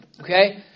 okay